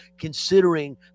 considering